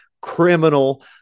criminal